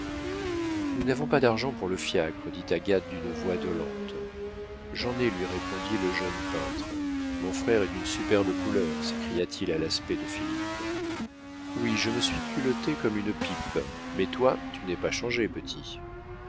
nous n'avons pas d'argent pour le fiacre dit agathe d'une voix dolente j'en ai lui répondit le jeune peintre mon frère est d'une superbe couleur s'écria-t-il à l'aspect de philippe oui je me suis culotté comme une pipe mais toi tu n'es pas changé